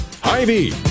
Hy-Vee